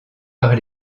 par